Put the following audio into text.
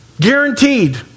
Guaranteed